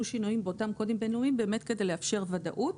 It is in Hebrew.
שינויים באותם קודים בין-לאומיים כדי לאפשר ודאות.